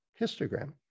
histogram